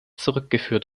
zurückgeführt